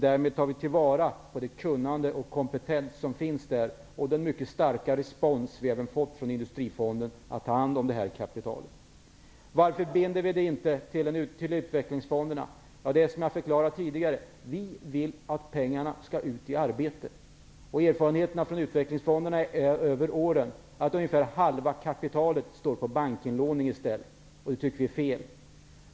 Därmed tar vi till vara det kunnande och den kompetens som finns och den mycket starka respons vi även fått från Industrifonden att ta hand om detta kapital. Varför binder vi det inte till utvecklingsfonderna? Jag har tidigare förklarat att vi vill att pengarna skall ut i arbete. Erfarenheterna från utvecklingsfonderna över åren har varit att ungefär halva kapitalet står på bankinlåning i stället. Det tycker vi är fel.